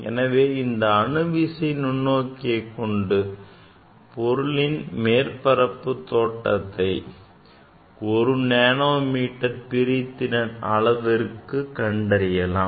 எனவே இந்த அணு விசை நுண்ணோக்கியை கொண்டு பொருளின் மேற்பரப்பை தோற்றத்தை ஒரு நானோ மீட்டர் பிரிதிறன் அளவிற்கு கண்டறியலாம்